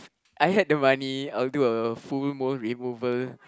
I had the money I'll do a full mole removal